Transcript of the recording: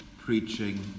preaching